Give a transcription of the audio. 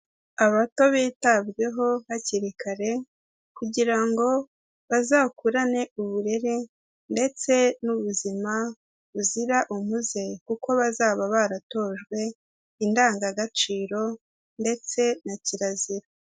Abato bitabweho hakiri kare kugira ngo bazakurane uburere ndetse n'ubuzima buzira umuze kuko bazaba baratojwe indangagaciro ndetse na kirazira.